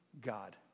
God